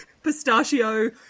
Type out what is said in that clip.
pistachio